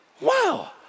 Wow